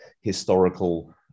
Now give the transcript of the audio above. historical